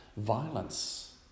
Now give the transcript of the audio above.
Violence